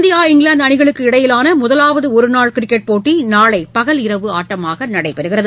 India இங்கிலாந்துஅணிகளுக்கு இடையிலானமுதலாவதுஒருநாள் cricket போட்டிநாளைபகலிரவு ஆட்டமாகநடைபெறுகிறது